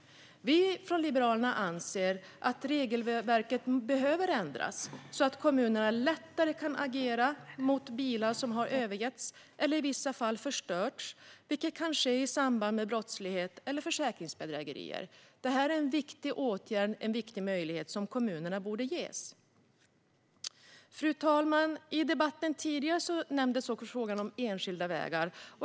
Vi från Liberalerna anser att regelverket behöver ändras så att kommunerna lättare kan agera mot bilar som har övergetts eller i vissa fall förstörts, vilket kan ske i samband med brottslighet eller försäkringsbedrägerier. Det här är en viktig möjlighet som kommunerna borde ges. Fru talman! Tidigare i debatten nämndes frågan om enskilda vägar.